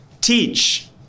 teach